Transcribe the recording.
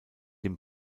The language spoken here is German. dem